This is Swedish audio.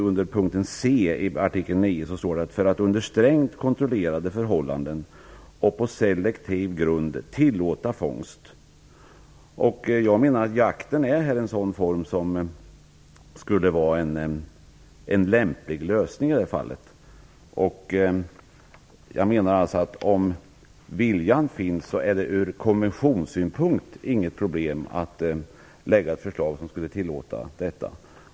Under punkt C i artikel 9 står det att man kan "under strängt kontrollerade förhållanden och på selektiv grund tillåta fångst". Jag menar att den här jakten har en sådan form att det skulle kunna vara en lämplig lösning. Om viljan finns är det ur konventionssynpunkt inget problem att tillåta detta.